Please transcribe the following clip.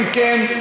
אם כן,